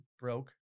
broke